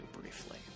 briefly